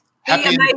Happy